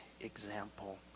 example